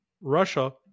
Russia